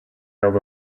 held